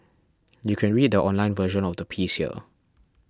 you can read the online version of the piece here